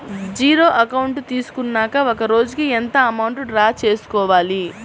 Zero account తీసుకున్నాక ఒక రోజుకి ఎంత అమౌంట్ డ్రా చేసుకోవాలి?